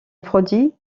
produit